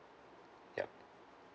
yup